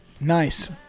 Nice